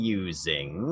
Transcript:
using